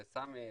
לסמי,